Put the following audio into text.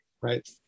Right